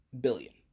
billion